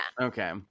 okay